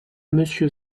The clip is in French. monsieur